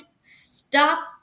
stop